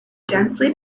densely